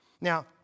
Now